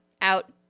out